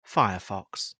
firefox